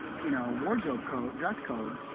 you know, wardrobe code dress code,